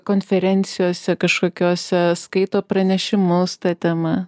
konferencijose kažkokiose skaito pranešimus ta tema